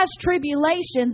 tribulations